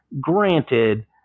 Granted